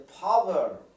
power